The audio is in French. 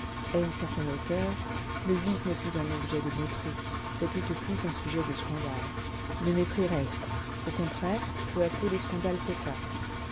à une certaine hauteur le vice n'est plus un objet de mépris c'est tout au plus un sujet de scandale le mépris reste au contraire peu à peu le scandale s'efface